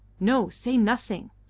no say nothing,